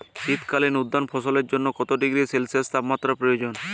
শীত কালীন উদ্যান ফসলের জন্য কত ডিগ্রী সেলসিয়াস তাপমাত্রা প্রয়োজন?